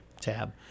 tab